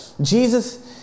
Jesus